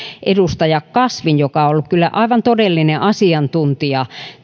edustaja kasvin joka on ollut kyllä aivan todellinen asiantuntija